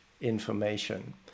information